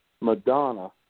Madonna